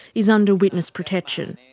is under witness protection.